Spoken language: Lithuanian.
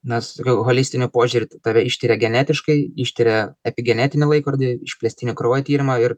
na su tokiu holistiniu požiūriu tave ištiria genetiškai ištiria epigenetinį laikrodį išplėstinį kraujo tyrimą ir